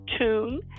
tune